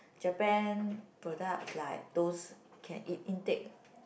Japan product like those can eat intake